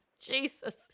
Jesus